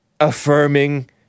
affirming